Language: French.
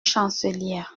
chancelière